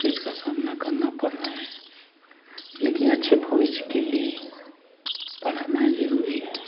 fees का सामना करना पड़ रहा है लेकिन अच्छे भविष्य के लिए पढ़ाना ज़रूरी है